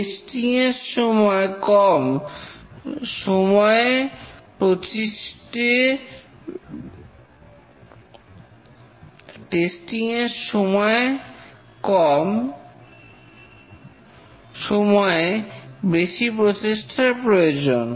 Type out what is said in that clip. testing এর সময় কম সময়ে বেশি প্রচেষ্টার প্রয়োজন